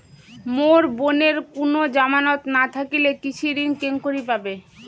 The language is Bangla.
মোর বোনের কুনো জামানত না থাকিলে কৃষি ঋণ কেঙকরি পাবে?